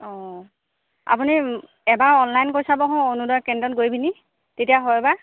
অঁ আপুনি এবাৰ অনলাইন কৰি চাবচোন অৰুণোদয় কেন্দ্ৰন গৈ পিনি তেতিয়া হয়বা